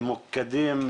ממוקדים,